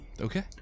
Okay